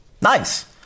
Nice